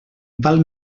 val